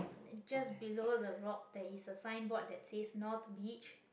just below the rock there is a signboard that says north-beach